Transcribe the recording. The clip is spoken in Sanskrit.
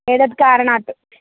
एतस्मात् कारणात्